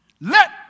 let